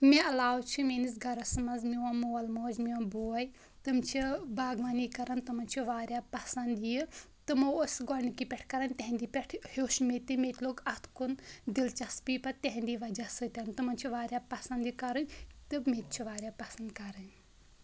مےٚ علاوٕ چھِ میٲنِس گَرَس منٛز میون مول موج میون بوے تِم چھِ باغبٲنی کَران تِمَن چھُ واریاہ پَسںٛد یہِ تِمو ٲسۍ گۄڈنِکہِ پٮ۪ٹھ کَران تہنٛدی پٮ۪ٹھٕ ہیٚوچھ مےٚ تہِ مےٚ تہِ لوٚگ اَتھ کُن دِلچَسپی پَتہٕ تہِنٛدی وجہہ سۭتۍ تِمَن چھِ واریاہ پَسنٛد یہِ کَرٕنۍ تہٕ مےٚ تہِ چھِ واریاہ پَسنٛد کَرٕنۍ